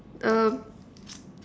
um